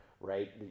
right